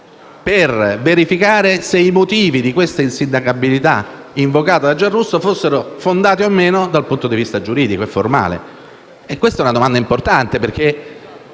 per verificare se i motivi dell'insindacabilità invocata da Giarrusso fossero fondati o no dal punto di vista giuridico e formale? Questa è una domanda importante, perché